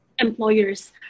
employers